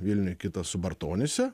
vilniuj kitą subartonyse